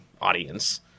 audience